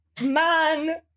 man